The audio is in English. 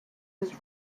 was